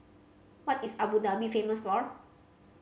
what is Abu Dhabi famous for